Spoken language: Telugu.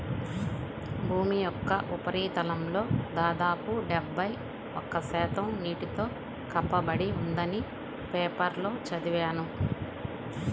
భూమి యొక్క ఉపరితలంలో దాదాపు డెబ్బై ఒక్క శాతం నీటితో కప్పబడి ఉందని పేపర్లో చదివాను